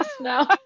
now